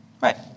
Right